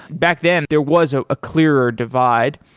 back then there was a ah clearer divide.